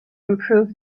improve